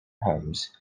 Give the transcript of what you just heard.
homes